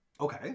Okay